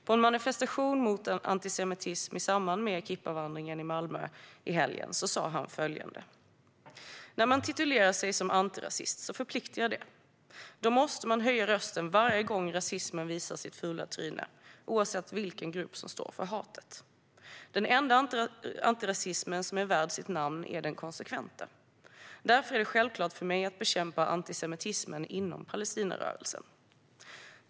På en manifestation mot antisemitism i samband med kippavandringen i Malmö i helgen sa han följande: "När man titulerar sig som antirasist så förpliktigar det. Då måste man höja rösten varje gång rasismen visar sitt fula tryne . oavsett vilken grupp som står för hatet. Den enda antirasismen som är värd sitt namn är den konsekventa. Därför är det självklart för mig att bekämpa antisemitismen inom Palestinarörelsen.